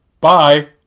bye